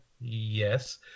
Yes